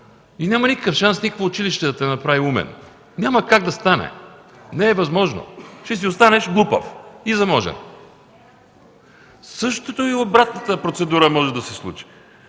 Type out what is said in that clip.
Няма никакъв шанс, никакво училище да те направи умен – няма как да стане, не е възможно. Ще си останеш глупав и заможен. Същото може да се случи